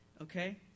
Okay